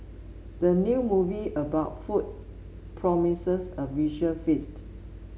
the new movie about food promises a visual feast